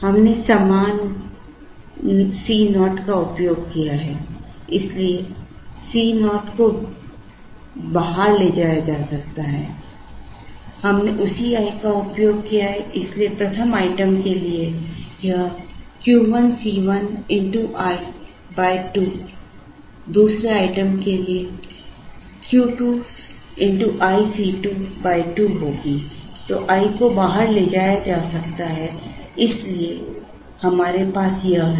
हमने समान C naught का उपयोग किया है इसलिए C naught को बाहर ले जाया जा सकता है हमने उसी i का उपयोग किया है इसलिए प्रथम आइटम के लिए यह i 2 दूसरे आइटम के लिए यह Q 2 x i C 2 2 है तो i को बाहर ले जाया जा सकता है इसलिए हमारे पास यह है